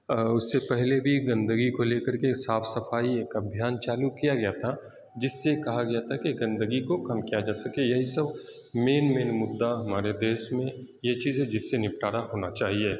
اس سے پہلے بھی گندگی کو لے کر کے صاف صفائی ایک ابھیان چالو کیا گیا تھا جس سے کہا گیا تھا کہ گندگی کو کم کیا جا سکے یہی سب مین مین مدعا ہمارے دیس میں یہ چیزیں جس سے نپٹارا ہونا چاہیے